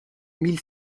mille